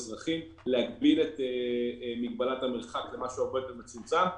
להגביל את מגבלת המרחק במשהו הרבה יותר מצומצם.